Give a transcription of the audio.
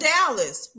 Dallas